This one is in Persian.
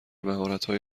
مهارتهای